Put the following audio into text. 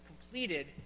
completed